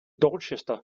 dorchester